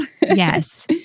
Yes